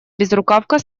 безрукавка